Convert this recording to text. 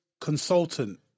consultant